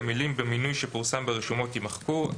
המילים "במינוי שפורסם ברשומות" - יימחקו.